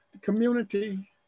community